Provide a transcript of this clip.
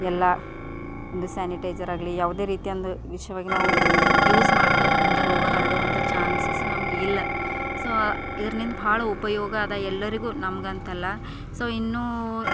ಎಲ್ಲ ಸ್ಯಾನಿಟೈಜರ್ ಆಗಲಿ ಯಾವುದೇ ರೀತಿಯ ಒಂದು ವಿಷಯವಾಗಿ ನಾವು ಯೂಸ್ ಮಾಡ್ತೀವಿ ಅದರಿಂದ ರೋಗ ಹರಡುವಂಥ ಚಾನ್ಸಸ್ ನಮಗಿಲ್ಲ ಸೊ ಇದರಿಂದ ಬಹಳ ಉಪಯೋಗವಾದ ಎಲ್ಲರಿಗೂ ನಮಗಂತಲ್ಲ ಸೊ ಇನ್ನು